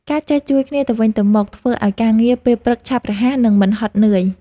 ការចេះជួយគ្នាទៅវិញទៅមកធ្វើឱ្យការងារពេលព្រឹកឆាប់រហ័ស និងមិនហត់នឿយ។